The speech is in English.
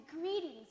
Greetings